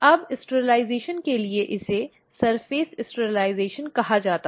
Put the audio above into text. अब स्टिरलिज़ेशन के लिए इसे सर्फेस स्टिरलिज़ेशन कहा जाता है